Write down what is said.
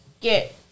get